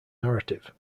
narrative